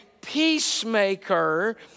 peacemaker